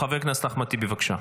חבר הכנסת אחמד טיבי, בבקשה.